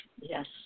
Yes